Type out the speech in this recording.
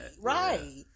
Right